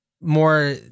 more